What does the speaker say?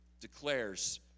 declares